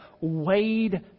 weighed